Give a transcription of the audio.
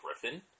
griffin